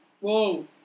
Whoa